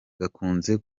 gakunze